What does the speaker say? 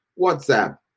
WhatsApp